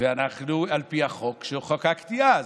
על פי החוק שחוקקתי אז.